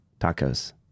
tacos